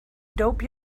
dope